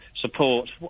support